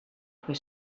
fer